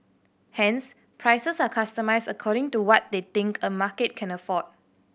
hence prices are customised according to what they think a market can afford